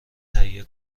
تهیه